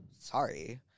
Sorry